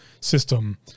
system